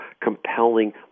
compelling